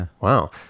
Wow